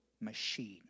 machine